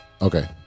Okay